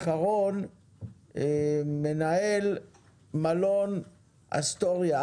אחרון הדוברים הוא מנהל מלון אסטוריה,